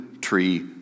tree